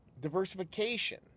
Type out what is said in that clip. diversification